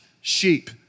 sheep